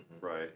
right